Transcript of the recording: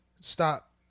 stop